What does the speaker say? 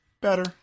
better